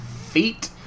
feet